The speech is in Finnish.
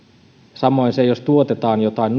samoin jos tuotetaan joitain